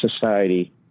society